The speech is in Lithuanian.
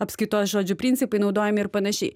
apskaitos žodžiu principai naudojami ir panašiai